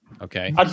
okay